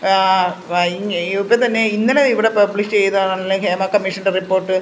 Y ഇപ്പം തന്നെ ഇന്നലെ ഇവിടെ പബ്ലിഷ് ചെയ്തത് ആണ് ഹേമാ കമ്മീഷൻ്റെ റിപ്പോർട്ട്